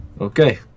Okay